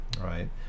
right